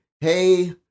hey